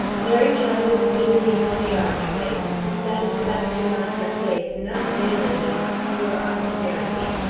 mary chavah stood in the empty archway, the satisfaction on her face not veiling its pure austerity.